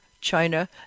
China